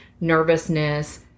nervousness